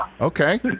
Okay